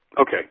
Okay